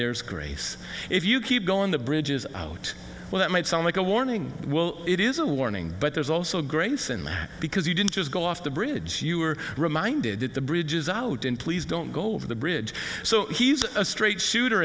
there is grace if you keep going the bridges out well that might sound like a warning it is a warning but there's also a grace in that because you didn't just go off the bridge you were reminded that the bridges out in please don't go over the bridge so he's a straight shooter